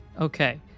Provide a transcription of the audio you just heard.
Okay